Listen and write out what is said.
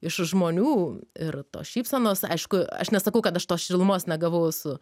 iš žmonių ir tos šypsenos aišku aš nesakau kad aš tos šilumos negavau su